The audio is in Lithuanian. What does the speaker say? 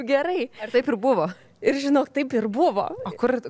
gerai taip ir buvo ir žinok taip ir buvo o kur